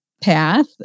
path